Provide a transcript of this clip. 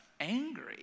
angry